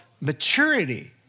maturity